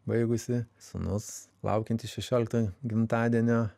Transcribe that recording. baigusi sūnus laukiantis šešioliktojo gimtadienio